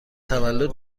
تولد